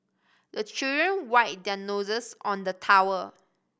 the children wipe their noses on the towel